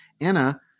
Anna